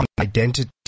identity